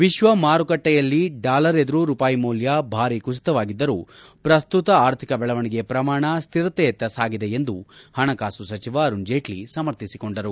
ವಿಶ್ವ ಮಾರುಕಟ್ಟೆಯಲ್ಲಿ ಡಾಲರ್ ಎದುರು ರೂಪಾಯಿ ಮೌಲ್ಯ ಭಾರೀ ಕುಸಿತವಾಗಿದ್ದರೂ ವ್ರಸ್ತುತ ಆರ್ಥಿಕ ಬೆಳವಣಿಗೆ ಪ್ರಮಾಣ ಸ್ಥಿರತೆಯತ್ತ ಸಾಗಿದೆ ಎಂದು ಹಣಕಾಸು ಸಚಿವ ಅರುಣ್ ಜೇಟ್ಲಿ ಸಮರ್ಥಿಸಿಕೊಂದರು